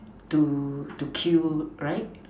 to to kill right